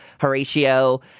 Horatio